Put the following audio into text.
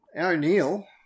O'Neill